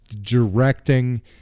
directing